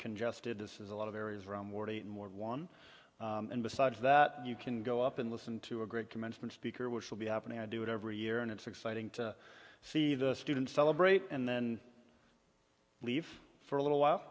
congested this is a lot of areas around where the more one and besides that you can go up and listen to a great commencement speaker which will be happening i do it every year and it's exciting to see the students celebrate and then live for a little while